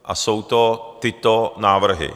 A jsou to tyto návrhy: